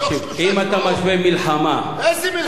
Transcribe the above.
תקשיב, אם אתה משווה מלחמה, איזה מלחמה?